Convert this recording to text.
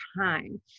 time